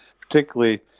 particularly